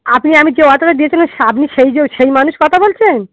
আপনি আমি যে অটোতে দিয়েছিলেন আপনি সেই যে সেই মানুষ কথা বলছেন